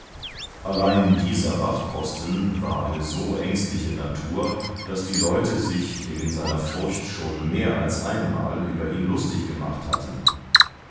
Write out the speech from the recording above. allein dieser wachtposten war eine so ängstliche natur daß die leute sich wegen seiner furcht schon mehr als einmal über ihn lustig gemacht hatten